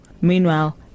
Meanwhile